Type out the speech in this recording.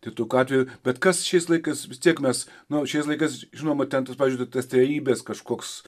tai tokiu atveju bet kas šiais laikais vis tiek mes na o šiais laikais žinoma ten tas pavyzdžiui tas trejybės kažkoks